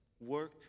work